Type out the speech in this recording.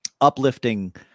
uplifting